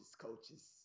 Coaches